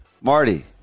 Marty